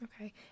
Okay